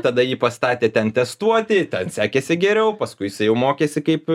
tada ji pastatė ten testuoti ten sekėsi geriau paskui jisai jau mokėsi kaip